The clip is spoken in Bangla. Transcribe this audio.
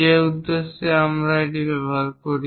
যে উদ্দেশ্যে আমরা এটি ব্যবহার করি